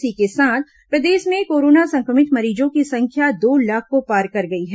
इसी के साथ प्रदेश में कोरोना संक्रमित मरीजों की संख्या दो लाख को पार कर गई है